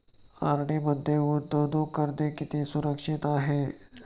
RD मध्ये गुंतवणूक करणे किती सुरक्षित आहे?